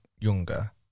younger